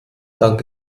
dank